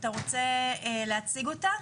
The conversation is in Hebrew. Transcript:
אתה רוצה להציג אותה?